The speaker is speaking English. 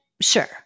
Sure